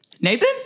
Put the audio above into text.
Nathan